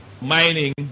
mining